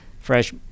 fresh